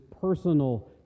personal